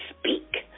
speak